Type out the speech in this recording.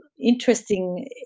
interesting